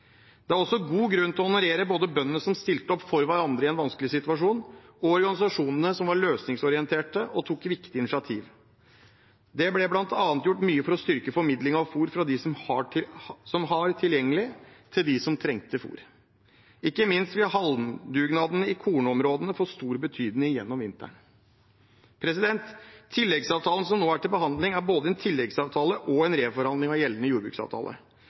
Det er også god grunn til å honorere både bøndene som stilte opp for hverandre i en vanskelig situasjon, og organisasjonene som var løsningsorienterte og tok viktige initiativ. Det ble bl.a. gjort mye for å styrke formidlingen av fôr fra dem som hadde det tilgjengelig, til dem som trengte fôr. Ikke minst vil halmdugnaden i kornområdene få stor betydning gjennom vinteren. Tilleggsavtalen som nå er til behandling, er både en tilleggsavtale og en reforhandling av gjeldende jordbruksavtale.